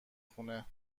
خونه